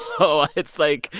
so it's, like,